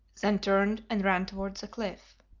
then turned and ran towards the cliff.